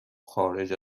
خارج